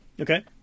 Okay